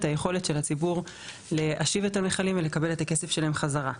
היכולת של הציבור להשיב את המכלים ולקבל את הכסף שלהם בחזרה.